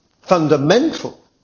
fundamental